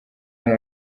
hano